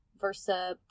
versa